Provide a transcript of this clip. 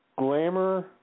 Glamour